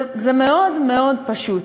זה מאוד מאוד פשוט.